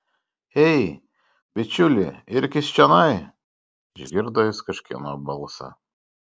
ei bičiuli irkis čionai išgirdo jis kažkieno balsą